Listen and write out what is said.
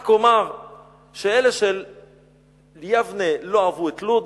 רק אומר שאלה של יבנה לא אהבו את לוד,